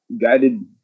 guided